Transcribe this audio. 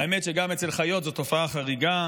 האמת שגם אצל חיות זו תופעה חריגה.